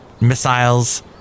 Missiles